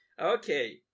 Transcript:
Okay